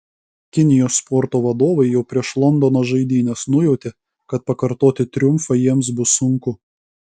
kinijos sporto vadovai jau prieš londono žaidynes nujautė kad pakartoti triumfą jiems bus sunku